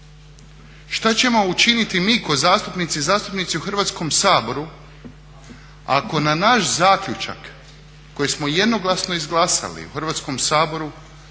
Šta ćemo učiniti mi kao zastupnice i zastupnici u Hrvatskom saboru ako na naš zaključak koji smo jednoglasno izglasali u Hrvatskom saboru